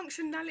functionality